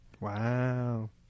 Wow